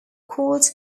called